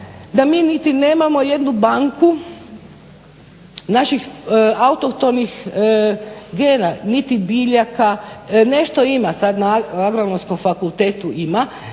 da mi niti nemamo jednu banku naših autohtonih gena, niti biljaka, nešto ima sad na Agronomskom fakultetu ima.